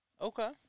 Okay